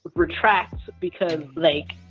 retract, because, like,